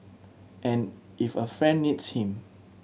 and if a friend needs him